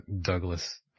Douglas